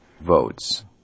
votes